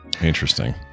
Interesting